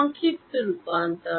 সংক্ষিপ্ত রূপান্তর